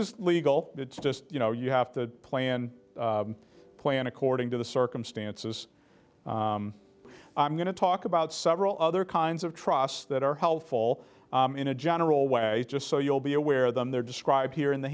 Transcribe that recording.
is legal it's just you know you have to plan a plan according to the circumstances i'm going to talk about several other kinds of trusts that are helpful in a general way just so you'll be aware of them they're described here in the